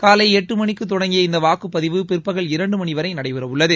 காலை எட்டு மணிக்குத் தொடங்கிய இந்த வாக்குப்பதிவு பிற்பகல் இரண்டு மணி வரை நடைபெறவுள்ளது